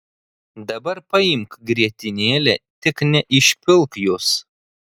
dabar paimk grietinėlę tik neišpilk jos